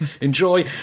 enjoy